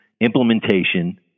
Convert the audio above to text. implementation